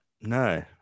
No